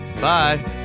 bye